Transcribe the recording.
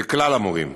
לכלל המורים,